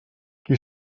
qui